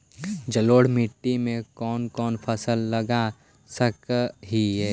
जलोढ़ मिट्टी में कौन कौन फसल लगा सक हिय?